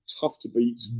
tough-to-beat